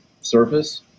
surface